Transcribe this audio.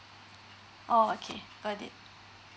oh okay got it